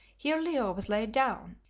here leo was laid down,